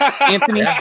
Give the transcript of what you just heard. Anthony